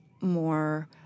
more